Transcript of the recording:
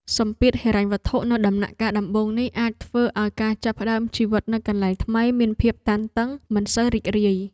សម្ពាធហិរញ្ញវត្ថុនៅដំណាក់កាលដំបូងនេះអាចធ្វើឱ្យការចាប់ផ្ដើមជីវិតនៅកន្លែងថ្មីមានភាពតានតឹងមិនសូវរីករាយ។